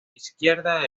izquierda